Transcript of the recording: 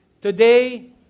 today